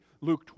Luke